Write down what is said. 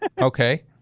Okay